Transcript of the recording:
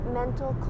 mental